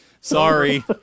Sorry